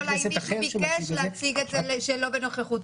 כל האם מישהו ביקש להציג את זה שלא בנוכחותו?